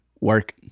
work